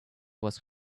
was